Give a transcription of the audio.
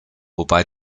wobei